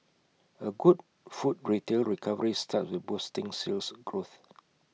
A good food retail recovery starts with boosting Sales Growth